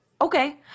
Okay